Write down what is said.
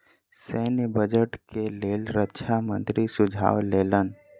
सैन्य बजट के लेल रक्षा मंत्री सुझाव लेलैन